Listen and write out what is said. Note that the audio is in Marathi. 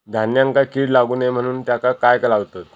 धान्यांका कीड लागू नये म्हणून त्याका काय लावतत?